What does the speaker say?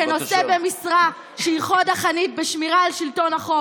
כנושא במשרה שהיא חוד החנית בשמירה על שלטון החוק,